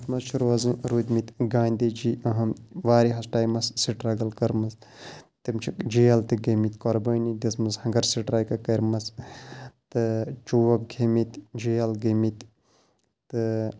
تَتھ منٛز چھِ روزٕنۍ روٗدۍ مٕتۍ گاندھی جی اَہم واریاہَس ٹایمَس سٹرٛگٕل کٔرمٕژ تِم چھِ جیل تہِ گٔمٕتۍ قۄربٲنی دِژمٕژ ہَنگر سٹرایکہٕ کَرمَژٕ تہٕ چوب کھیٚمٕتۍ جیل گٔمٕتۍ تہٕ